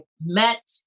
met